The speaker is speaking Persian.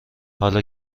حالا